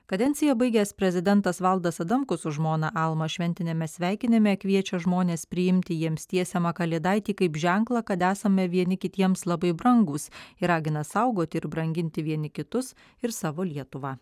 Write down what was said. kadenciją baigęs prezidentas valdas adamkus su žmona alma šventiniame sveikinime kviečia žmones priimti jiems tiesiamą kalėdaitį kaip ženklą kad esame vieni kitiems labai brangūs ir ragina saugoti ir branginti vieni kitus ir savo lietuvą